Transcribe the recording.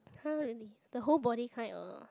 !huh! really the whole body kind or